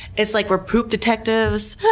it's like we're poop detectives.